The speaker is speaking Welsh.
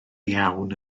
iawn